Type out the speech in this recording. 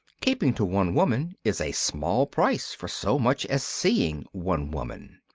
keeping to one woman is a small price for so much as seeing one woman.